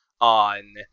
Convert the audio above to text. on